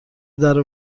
درو